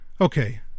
Okay